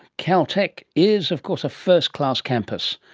caltech is of course a first-class campus,